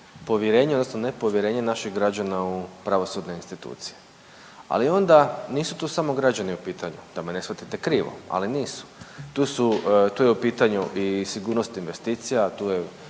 povjerenje odnosno nepovjerenje naših građana u pravosudne institucije. Ali onda nisu tu samo građani u pitanju, da me ne shvatite krivo, ali nisu, tu je u pitanju i sigurnost investicija, tu je